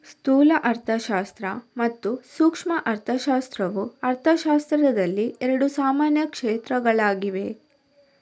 ಸ್ಥೂಲ ಅರ್ಥಶಾಸ್ತ್ರ ಮತ್ತು ಸೂಕ್ಷ್ಮ ಅರ್ಥಶಾಸ್ತ್ರವು ಅರ್ಥಶಾಸ್ತ್ರದಲ್ಲಿ ಎರಡು ಸಾಮಾನ್ಯ ಕ್ಷೇತ್ರಗಳಾಗಿವೆ